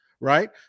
right